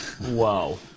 wow